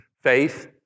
faith